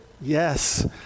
Yes